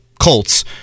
Colts